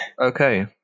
Okay